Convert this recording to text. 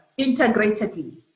integratedly